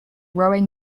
rowing